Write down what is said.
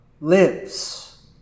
lives